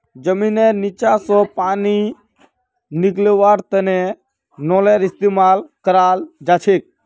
जमींनेर नीचा स पानी निकलव्वार तने नलेर इस्तेमाल कराल जाछेक